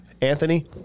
Anthony